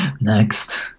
next